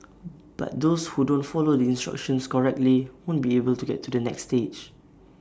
but those who don't follow the instructions correctly won't be able to get to the next stage